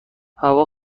هوا